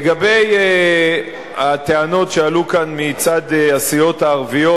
לגבי הטענות שעלו כאן מצד הסיעות הערביות